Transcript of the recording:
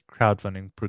crowdfunding